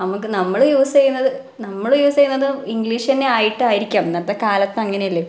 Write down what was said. നമുക്ക് നമ്മള് യൂസ് ചെയ്യുന്നത് നമ്മള് യൂസ് ചെയ്യുന്നതും ഇംഗ്ലീഷ് തന്നെയായിട്ടായിരിക്കാം ഇന്നത്തെക്കാലത്തങ്ങനെയല്ലേ